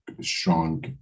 strong